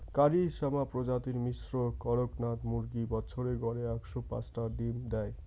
কারি শ্যামা প্রজাতির মিশ্র কড়কনাথ মুরগী বছরে গড়ে একশো পাঁচটা ডিম দ্যায়